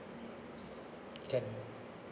can